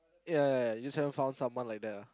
ya ya ya just haven't found someone like that ah